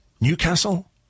Newcastle